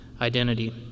identity